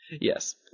Yes